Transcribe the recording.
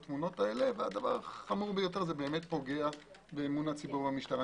והדבר החמור זה באמת פוגע באמון הציבור במשטרה,